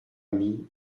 mis